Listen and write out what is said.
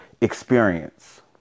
experience